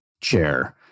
chair